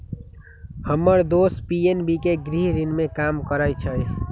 हम्मर दोस पी.एन.बी के गृह ऋण में काम करइ छई